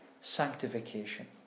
Sanctification